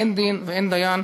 אין דין ואין דיין,